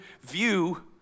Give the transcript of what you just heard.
view